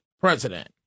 president